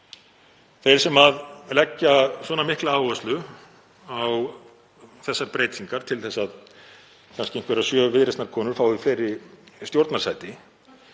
Þeir sem leggja svona mikla áherslu á þessar breytingar, kannski til að einhverjar sjö Viðreisnarkonur fái fleiri stjórnarsæti,